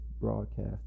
broadcast